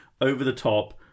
over-the-top